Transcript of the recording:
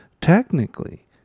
technically